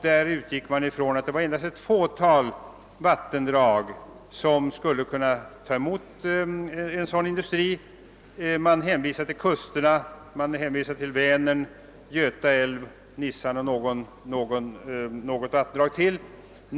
Man utgick ifrån att det endast var ett fåtal vattendrag som skulle kunna ta emot sådana industrier. Man hänvisade till kusterna, till Vänern, till Göta älv, till Nissan och till ytterligare något vattendrag.